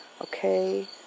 Okay